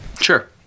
Sure